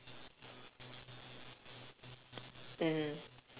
mmhmm